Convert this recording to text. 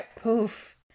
poof